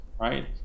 right